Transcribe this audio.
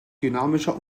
dynamischer